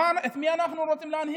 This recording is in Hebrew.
את מי אנחנו רוצים להנהיג?